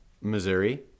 Missouri